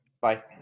Bye